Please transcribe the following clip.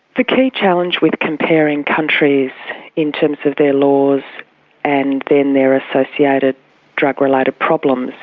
the key challenge with comparing countries in terms of their laws and then their associated drug-related problems,